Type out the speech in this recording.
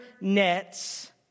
nets